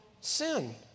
sin